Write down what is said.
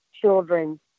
children